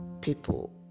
people